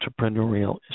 entrepreneurial